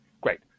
Great